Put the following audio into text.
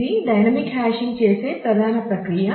ఇది dynamic hashing చేసే ప్రాథమిక ప్రక్రియ